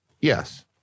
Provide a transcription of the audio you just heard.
yes